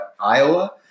Iowa